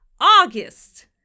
August